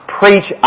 preach